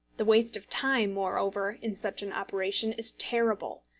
the waste of time, moreover, in such an operation, is terrible.